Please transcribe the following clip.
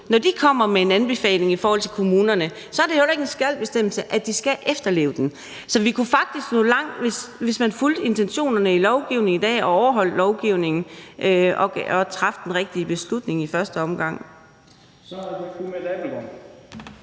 når VISO kommer med en anbefaling til kommunerne, så er det er jo ikke en bestemmelse om, at de skal efterleve den. Så vi kunne faktisk nå langt, hvis man fulgte intentionerne i lovgivningen i dag og overholdt lovgivningen og traf den rigtige beslutning i første omgang.